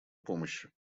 помощи